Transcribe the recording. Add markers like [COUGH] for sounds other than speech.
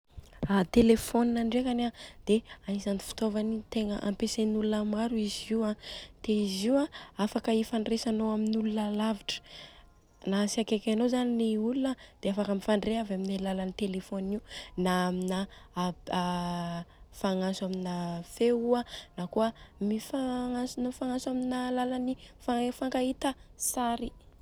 Telefaonina ndrekany a dia agnisany fitaovana tegna ampiasain'olona maro izy io a. Dia izy io a afaka ifandresanô amin'ny olona lavitra, na ts akaiky anô zany le olona dia afaka mifandre avy amin'ny alalan'ny telefaonina. Na amina [HESITATION] fagnantso amina feo io a na kôa mifagnantso mifagnantso amin'ny alalan'ny mifankahita sary.